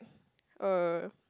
oh